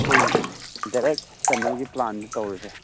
ꯑꯩꯈꯣꯏ ꯗꯥꯏꯔꯦꯛ ꯆꯠꯅꯕꯒꯤ ꯄ꯭ꯂꯥꯟꯗꯣ ꯇꯧꯔꯁꯦ